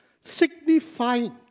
Signifying